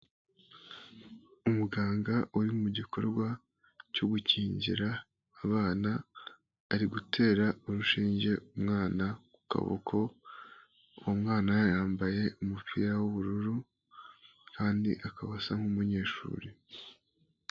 Umuganga uri mu gikorwa cyo gukingira abana, ari gutera urushinge umwana ku kaboko, uwo mwana yambaye umupira w'ubururu kandi akaba asa nk'umunyeshuri.